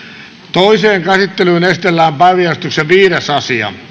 toiseen käsittelyyn esitellään päiväjärjestyksen viides asia